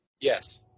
Yes